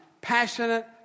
passionate